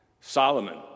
Solomon